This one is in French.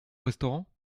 restaurant